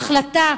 ההחלטה